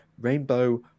Rainbow